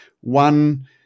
One